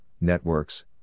networks